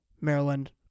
Maryland